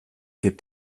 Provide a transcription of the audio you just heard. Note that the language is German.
gibt